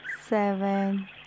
seven